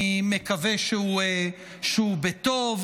אני מקווה שהוא בטוב,